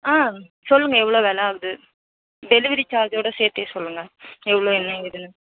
ஆ சொல்லுங்கள் எவ்வளோ வெலை ஆகுது டெலிவரி சார்ஜோட சேர்த்தே சொல்லுங்கள் எவ்வளோ என்ன ஏதுன்னு